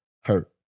hurt